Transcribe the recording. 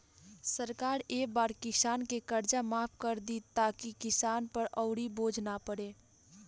सरकार ए बार किसान के कर्जा माफ कर दि ताकि किसान पर अउर बोझ ना पड़े